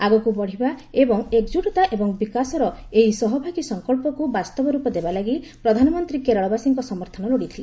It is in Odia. ଆଗକୁ ବଢ଼ିବା ଏବଂ ଏକଜୁଟତା ଏବଂ ବିକାଶର ଏହି ସହଭାଗୀ ସଂକଳ୍ପକୁ ବାସ୍ତବ ରୂପ ଦେବା ଲାଗି ପ୍ରଧାନମନ୍ତ୍ରୀ କେରଳବାସୀଙ୍କ ସମର୍ଥନ ଲୋଡ଼ିଥିଲେ